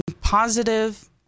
positive